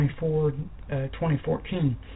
2014